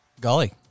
Golly